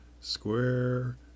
square